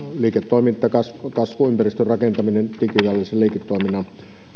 liiketoimintakasvuympäristön rakentaminen digitaalisen liiketoiminnan